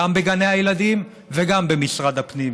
גם בגני הילדים וגם במשרד הפנים.